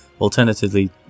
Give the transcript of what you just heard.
alternatively